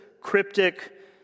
cryptic